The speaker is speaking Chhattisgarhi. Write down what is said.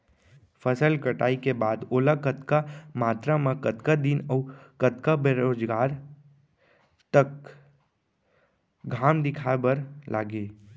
फसल कटाई के बाद ओला कतका मात्रा मे, कतका दिन अऊ कतका बेरोजगार तक घाम दिखाए बर लागही?